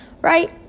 right